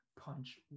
punch